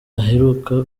aheruka